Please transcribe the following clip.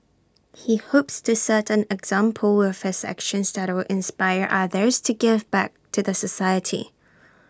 he hopes to set an example with his actions that will inspire others to give back to the society